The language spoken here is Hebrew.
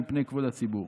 מפני כבוד ציבור.